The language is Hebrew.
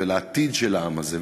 ולעתיד של העם הזה,